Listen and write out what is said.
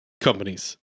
companies